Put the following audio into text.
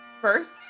First